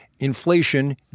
inflation